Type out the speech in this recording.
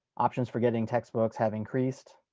options for getting textbooks have increased.